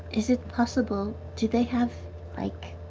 is it possible, do they have like,